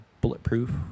Bulletproof